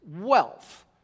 wealth